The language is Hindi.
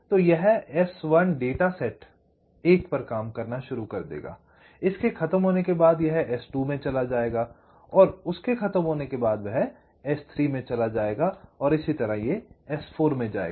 तो यह S1 डेटा सेट 1 पर काम करना शुरू कर देगा इसके खत्म होने के बाद यह S2 में चला जाएगा और उसके खत्म होने के बाद यह S3 में चला जाएगा उसके खत्म होने के बाद यह S4 में जाएगा